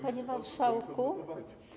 Panie Marszałku!